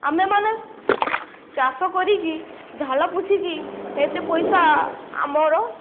ଆମେମାନେ ଚାଷ କରିକି ଝାଳ ପୋଛିିକି ଏତେ ପଇସା ଆମର